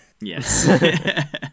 Yes